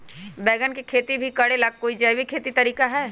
बैंगन के खेती भी करे ला का कोई जैविक तरीका है?